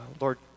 Lord